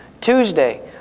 Tuesday